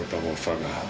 for me